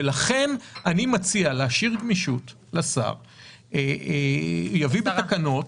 לכן אני מציע להשאיר גמישות לשר שיביא תקנות.